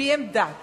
על-פי עמדת